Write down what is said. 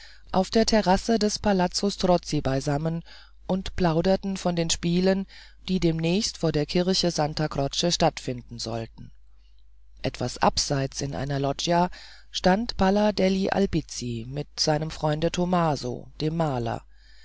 auf der terrasse des palazzo strozzi beisammen und plauderten von den spielen die demnächst vor der kirche santa croce stattfinden sollten etwas abseits in einer loggia stand palla degli albizzi mit seinem freunde tomaso dem maler